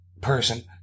person